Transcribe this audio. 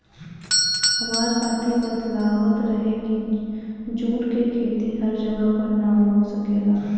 हामार साथी बतलावत रहे की जुट के खेती हर जगह पर ना हो सकेला